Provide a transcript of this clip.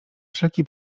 wszelki